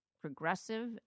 progressive